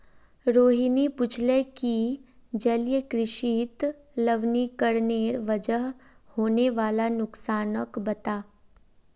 रोहिणी पूछले कि जलीय कृषित लवणीकरनेर वजह होने वाला नुकसानक बता